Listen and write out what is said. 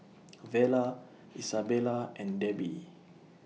Vella Isabella and Debbi